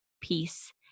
peace